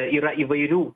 yra įvairių